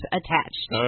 attached